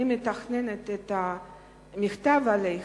אני מתכננת את המכתב אליך,